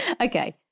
Okay